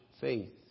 faith